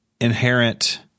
inherent